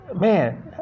Man